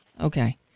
Okay